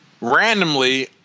randomly